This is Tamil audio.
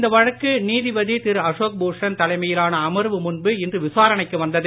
இந்தவழ க்குநீதிபதிதிருஅசோக்பூஷன்தலைமையிலானஅமர்வுமுன்புஇன்றுவிசார ணைக்குவந்தது